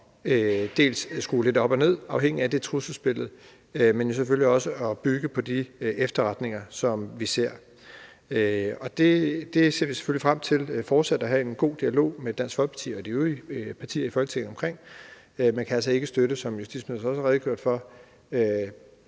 muligt at skrue lidt op og ned afhængig af det trusselsbillede, men selvfølgelig også at bygge på de efterretninger, som vi ser. Det ser vi selvfølgelig frem til fortsat at have en god dialog med Dansk Folkeparti og de øvrige partier i Folketinget om. Men vi kan altså ikke, som justitsministeren også har redegjort for,